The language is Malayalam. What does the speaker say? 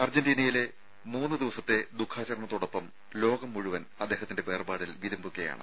അർജന്റീനയിലെ മൂന്നുദിവസത്തെ ദുഃഖാച രണത്തോടൊപ്പം ലോകം മുഴുവൻ അദ്ദേഹത്തിന്റെ വേർപാടിൽ വിതുമ്പുകയാണ്